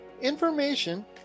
information